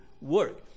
work